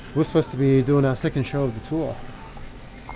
we're supposed to be doing our second show of the tour